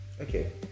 okay